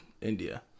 India